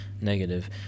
negative